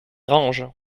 range